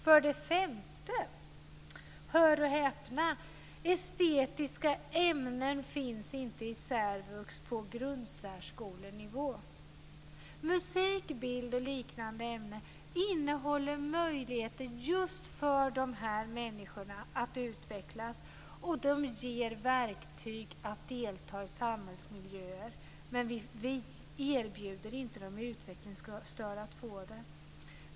För det femte finns inte estetiska ämnen i särvux på grundsärskolenivå. Hör och häpna! Musik, bild och liknande ämnen innehåller möjligheter just för de här människorna att utvecklas. De ger verktyg att delta i samhällsmiljöer, men vi erbjuder inte de utvecklingsstörda att få dem.